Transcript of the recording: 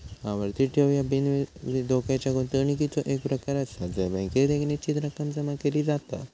आवर्ती ठेव ह्यो बिनधोक्याच्या गुंतवणुकीचो एक प्रकार आसा जय बँकेत एक निश्चित रक्कम जमा केली जाता